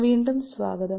വീണ്ടും സ്വാഗതം